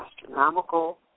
astronomical